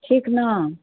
ठीक ने